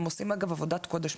105 עושים עבודת קודש,